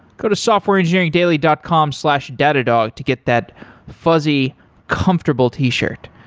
go to softwareengineeringdaily dot com slash datadog to get that fuzzy comfortable t-shirt.